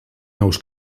nous